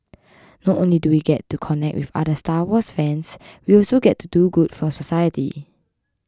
not only do we get to connect with other Star Wars fans we also get to do good for society